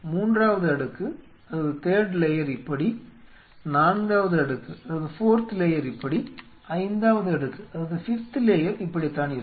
மூன்றாவது அடுக்கு இப்படி நான்காவது அடுக்கு இப்படி ஐந்தாவது அடுக்கு இப்படித்தான் இருக்கும்